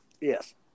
Yes